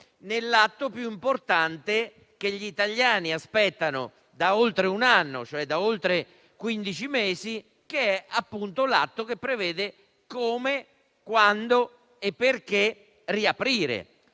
sull'atto più importante che gli italiani aspettano da oltre un anno, cioè da oltre quindici mesi, che prevede come, quando e perché riaprire